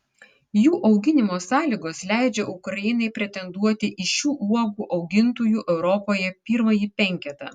jų auginimo sąlygos leidžia ukrainai pretenduoti į šių uogų augintojų europoje pirmąjį penketą